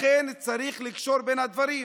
לכן צריך לקשור בין הדברים.